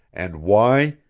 and why,